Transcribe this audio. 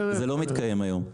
זה לא מתקיים היום.